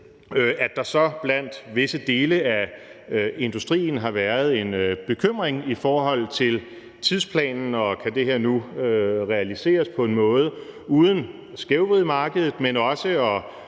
at der så blandt visse dele af industrien har været en bekymring i forhold til tidsplanen og for, om det her nu kan realiseres uden at skævvride markedet, men også,